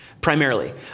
primarily